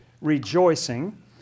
rejoicing